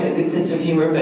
and sense of humor, but